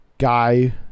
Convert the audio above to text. guy